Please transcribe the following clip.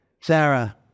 Sarah